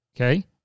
okay